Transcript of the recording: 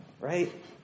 right